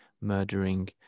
murdering